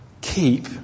keep